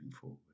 forward